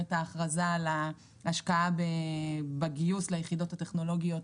ההכרזה על ההשקעה בגיוס ליחידות טכנולוגיות